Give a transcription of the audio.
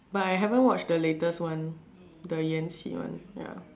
but I haven't watched the latest one the Yan-Xi one ya